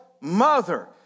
mother